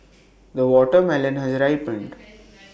the watermelon has ripened